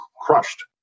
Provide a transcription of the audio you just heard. crushed